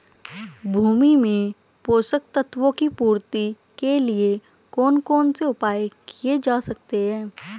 भूमि में पोषक तत्वों की पूर्ति के लिए कौन कौन से उपाय किए जा सकते हैं?